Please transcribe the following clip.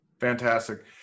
Fantastic